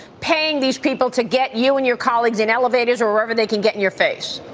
paying these people to get you and your colleagues in elevators or wherever they can get in your face